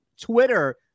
Twitter